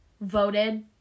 voted